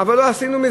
לא מצא חן בעינינו,